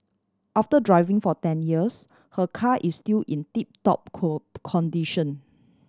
after driving for ten years her car is still in tip top condition